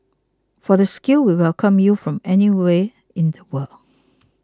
for the skilled we welcome you from anywhere in the world